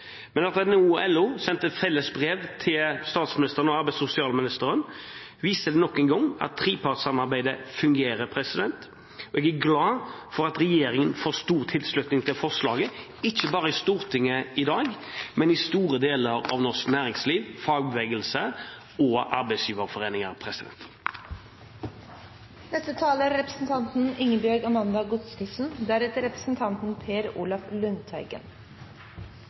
Men at NHO/LO sendte felles brev til statsministeren og arbeids- og sosialministeren, viser nok en gang at trepartssamarbeidet fungerer. Jeg er glad for at regjeringen får stor tilslutning til forslaget, ikke bare i Stortinget i dag, men i store deler av norsk næringsliv, fagbevegelse og arbeidsgiverforeninger. Nye tall om arbeidsledigheten viser at det er